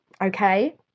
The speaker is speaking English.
Okay